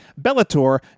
Bellator